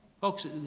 Folks